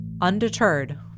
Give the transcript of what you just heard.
Undeterred